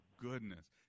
goodness